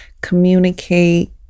communicate